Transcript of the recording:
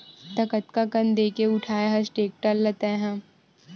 त कतका कन देके उठाय हस टेक्टर ल तैय हा?